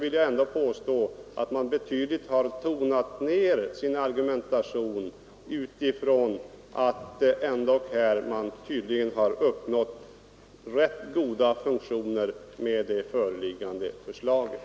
Men jag vill påstå att man när det gäller FTL tonat ned sin argumentation betydligt, eftersom man tydligen anser att rätt goda funktioner uppnås med det föreliggande förslaget.